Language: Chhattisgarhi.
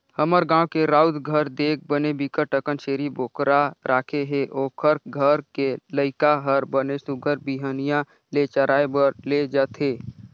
हमर गाँव के राउत घर देख बने बिकट अकन छेरी बोकरा राखे हे, ओखर घर के लइका हर बने सुग्घर बिहनिया ले चराए बर ले जथे